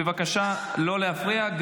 בבקשה לא להפריע,